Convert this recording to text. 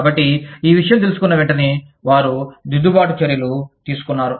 కాబట్టి ఈ విషయం తెలుసుకున్న వెంటనే వారు దిద్దుబాటు చర్య తీసుకున్నారు